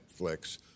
Netflix